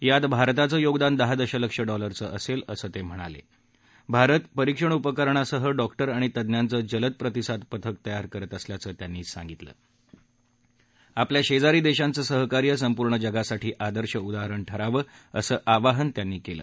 यात भारताचं योगदान दहा दक्षलक्ष डॉलरचं असत्ताअसं तक्रिणाला मारत परिक्षण उपकरणासह डॉक्टर आणि तज्ञाचं जलद प्रतिसाद प्रथक तयार करत असल्याचं तक्रिणाल आपल्या शक्तीरी दक्षाचं सहकार्य संपूर्ण जगासाठी आदर्श उदाहरण ठराव असं आवहान त्यांनी क्वि